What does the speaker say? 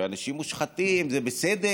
שאנשים מושחתים זה בסדר